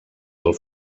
del